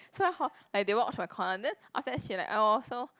so like hor like they watch my corner then after that she like oh so